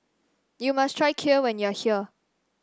you must try Kheer when you are here